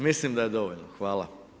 Mislim da je dovoljno, hvala.